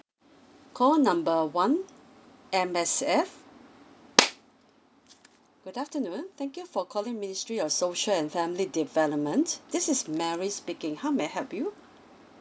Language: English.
call number one M_S_F good afternoon thank you for calling ministry of social and family development this is mary speaking how may I help you